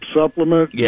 supplement